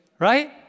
Right